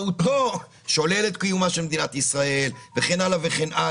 במהותו שולל את קיומו של מדינת ישראל וכן הלאה.